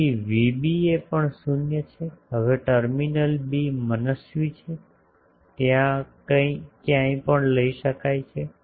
તેથી વીબીએ પણ શૂન્ય છે હવે ટર્મિનલ 'બી' મનસ્વી છે તે ક્યાંય પણ લઈ શકાય છે